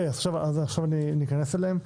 עכשיו ניכנס אליהם.